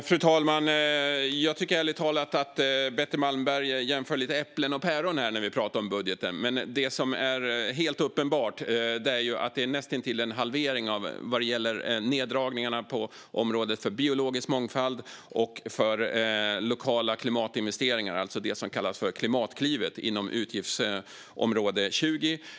Fru talman! Jag tycker ärligt talat att Betty Malmberg jämför äpplen och päron när vi talar om budgeten. Det som dock är helt uppenbart är att det är näst intill en halvering av anslagen på området biologisk mångfald och lokala klimatinvesteringar, alltså det som kallas Klimatklivet inom utgiftsområde 20.